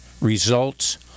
results